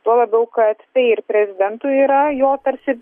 tuo labiau kad tai ir prezidentui yra jo tarsi